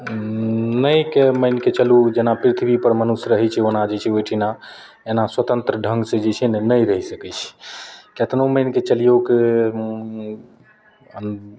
नहिके मानिके चलु जेना पृथ्वीपर मनुष्य रहय छै ओना जे छै ओइठिना एना स्वतन्त्र ढङ्गसँ जे छै ने नहि रहि सकय छै केतनो मानिके चलियौक